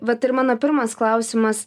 vat ir mano pirmas klausimas